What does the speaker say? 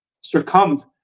succumbed